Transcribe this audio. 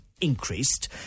increased